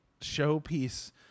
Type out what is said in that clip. showpiece